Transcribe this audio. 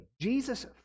Jesus